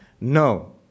no